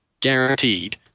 guaranteed